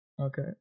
okay